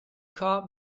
cart